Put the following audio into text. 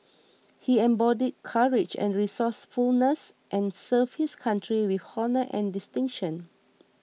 he embodied courage and resourcefulness and served his country with honour and distinction